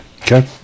Okay